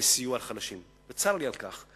לסיוע לחלשים, וצר לי על כך.